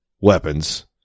weapons